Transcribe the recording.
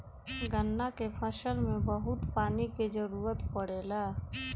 गन्ना के फसल में बहुत पानी के जरूरत पड़ेला